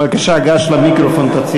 בבקשה, גש למיקרופון,